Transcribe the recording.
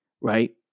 Right